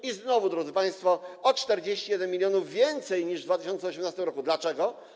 I znowu, drodzy państwo, o 41 mln więcej niż w 2018 r. Dlaczego?